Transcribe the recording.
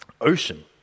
ocean